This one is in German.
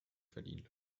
verdient